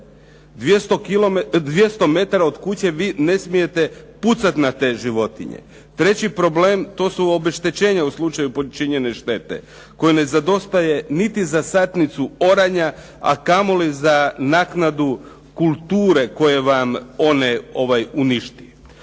200 metara od kuće vi ne smijete pucat na te životinje. Treći problem to su obeštećenja u slučaju počinjene štete koja ne zadostaje niti za satnicu oranja, a kamoli za naknadu kulture koje vam one unište.